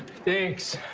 thanks.